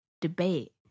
debate